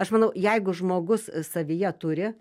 aš manau jeigu žmogus savyje turi